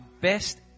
best